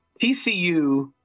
TCU